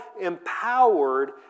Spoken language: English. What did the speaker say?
empowered